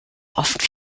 oft